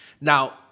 Now